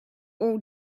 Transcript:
all